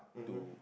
mmhmm